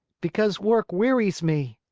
because work wearies me!